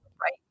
right